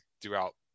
throughout